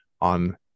on